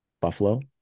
Buffalo